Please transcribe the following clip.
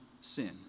sin